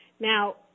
Now